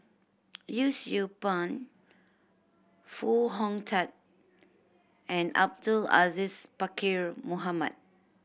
Yee Siew Pun Foo Hong Tatt and Abdul Aziz Pakkeer Mohamed